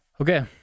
Okay